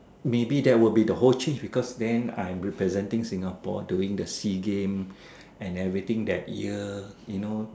maybe there will be the whole chief because then I'm representing Singapore during the sea game and everything that year you know